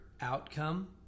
outcome